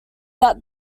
that